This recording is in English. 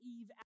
Eve